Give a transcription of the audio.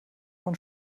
von